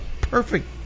perfect